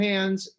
Hands